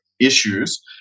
issues